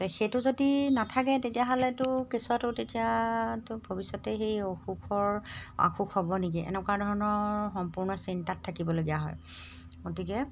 সেইটো যদি নাথাকে তেতিয়াহ'লেতো কেঁচুৱাটো তেতিয়াতো ভৱিষ্যতে সেই অসুখৰ আসুখ হ'ব নেকি এনেকুৱা ধৰণৰ সম্পূৰ্ণ চিন্তাত থাকিবলগীয়া হয় গতিকে